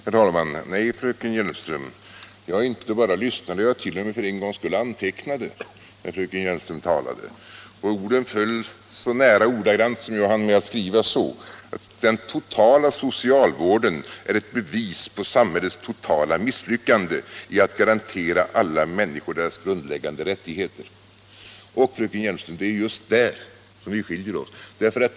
Herr talman! Nej, fröken Hjelmström, jag inte bara lyssnade, jag antecknade t.o.m. för en gångs skull när fröken Hjelmström talade. Orden föll, så nära ordagrant som jag hann med att skriva, så här: Den totala socialvården är ett bevis för samhällets totala misslyckande i att garantera alla människor deras grundläggande rättigheter. — Och det är just där vi skiljer oss, fröken Hjelmström.